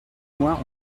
moins